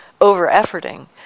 over-efforting